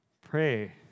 Pray